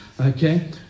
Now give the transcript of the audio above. okay